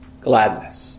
gladness